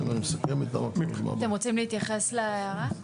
אתם רוצים להתייחס להערה?